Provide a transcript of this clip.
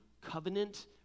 covenant